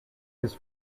his